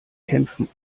kämpfen